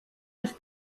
als